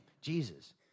Jesus